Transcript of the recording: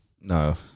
No